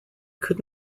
could